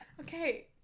okay